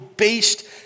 based